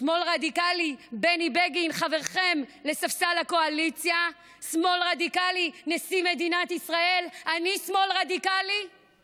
על לבבותיכם, נשארים כגדר / ובגרונותיכם /